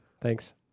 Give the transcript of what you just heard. Thanks